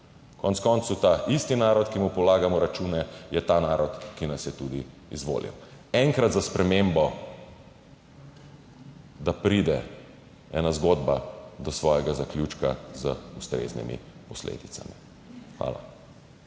Konec koncev ta isti narod, ki mu polagamo račune, je ta narod, ki nas je tudi izvolil. Enkrat za spremembo da pride ena zgodba do svojega zaključka z ustreznimi posledicami. Hvala.